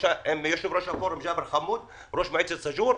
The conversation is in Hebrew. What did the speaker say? עם יושב-ראש הפורום, ראש מועצת סאג'ור,